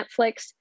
netflix